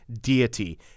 deity